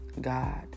God